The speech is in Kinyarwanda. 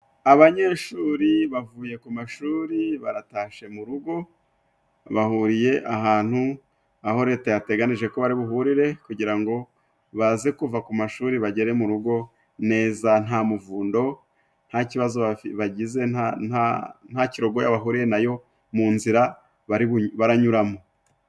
Abanyeshuri bavuye ku mashuri baratashe mu rugo bahuriye ahantu aho Leta yateganije ko bari buhurire kugira ngo baze kuva ku mashuri bagere mu rugo neza nta muvundo, ntakibazo bagize, ntakirogoya bahuriye nayo mu nzira bari baranyuramo.